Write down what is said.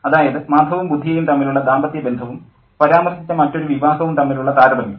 അതായത് മാധവും ബുധിയയും തമ്മിലുള്ള ദാമ്പത്യ ബന്ധവും പരാമർശിച്ച മറ്റൊരു വിവാഹവും തമ്മിലുള്ള താരതമ്യം